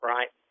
Right